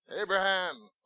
Abraham